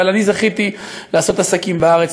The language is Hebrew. אבל אני זכיתי לעשות עסקים בארץ,